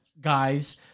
guys